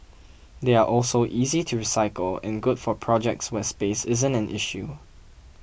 they are also easy to recycle and good for projects where space isn't an issue